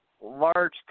large